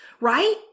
Right